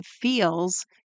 feels